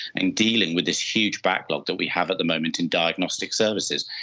and dealing with this huge backlog that we have at the moment in diagnostic services.